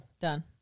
done